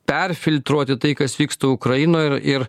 perfiltruoti tai kas vyksta ukrainoj ir